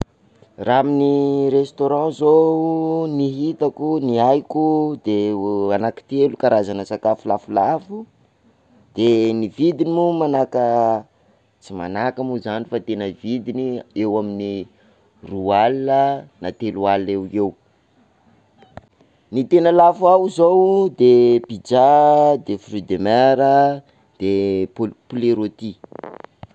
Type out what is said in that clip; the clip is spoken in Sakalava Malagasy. Raha amin'ny restaurant zao, ny hitako, ny haiko de ho anakitelo karazana sakafo lafolafo, de ny vidiny moa manahaka, tsy manahaka moa zany fa tena vidiny, eo amin'ny roa alina na telo alina eoeo, ny tena lafo ao zao de pizza de fruit de mer de poulet rôti.